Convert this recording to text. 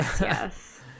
yes